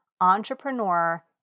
entrepreneur